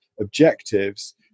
objectives